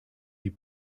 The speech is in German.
die